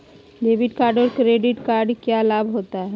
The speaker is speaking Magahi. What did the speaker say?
डेबिट कार्ड और क्रेडिट कार्ड क्या लाभ होता है?